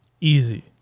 Easy